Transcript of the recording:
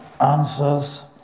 answers